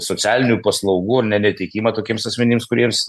socialinių paslaugų ne neteikimą tokiems asmenims kuriems